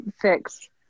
fix